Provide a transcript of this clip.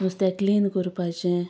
नुस्त्या क्लीन करपाचें